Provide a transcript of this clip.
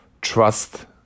trust